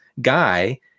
guy